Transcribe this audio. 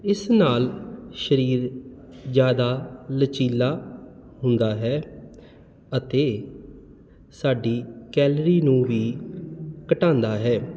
ਇਸ ਨਾਲ ਸਰੀਰ ਜ਼ਿਆਦਾ ਲਚੀਲਾ ਹੁੰਦਾ ਹੈ ਅਤੇ ਸਾਡੀ ਕੈਲਰੀ ਨੂੰ ਵੀ ਘਟਾਉਂਦਾ ਹੈ